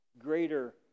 greater